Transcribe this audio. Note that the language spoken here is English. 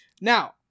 Now